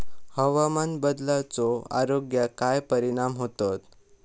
हवामान बदलाचो आरोग्याक काय परिणाम होतत?